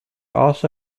also